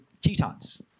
Tetons